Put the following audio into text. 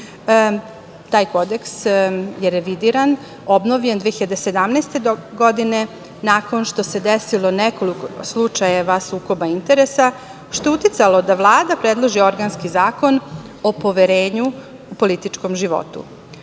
Taj kodeks je revidiran, obnovljen 2017. godine, nakon što se desilo nekoliko slučajeva sukoba interesa, što je uticalo da Vlada predloži organski zakon o poverenju u političkom životu. Ovim